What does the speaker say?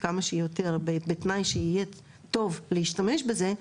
כמה שיותר בתנאי שיהיה טוב להשתמש בזה.